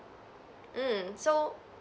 mm so